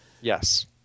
yes